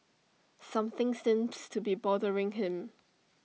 something seems to be bothering him